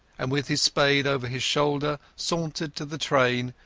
and with his spade over his shoulder sauntered to the train,